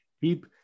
keep